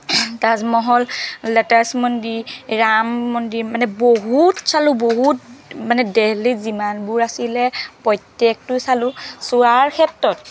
Taj Mahal lotus মন্দিৰ ৰাম মন্দিৰ মানে বহুত চালো বহুত মানে দেলহিত যিমানবোৰ আছিলে প্ৰত্যেকটো চালো চোৱাৰ ক্ষেত্ৰত